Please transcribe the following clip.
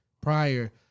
prior